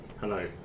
Hello